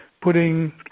putting